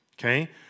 Okay